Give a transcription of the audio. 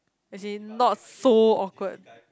as in not so awkward